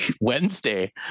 Wednesday